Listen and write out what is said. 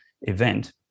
event